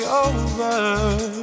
over